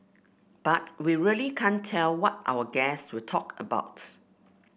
but we really can't tell what our guests will talk about